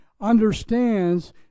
understands